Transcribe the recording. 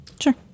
Sure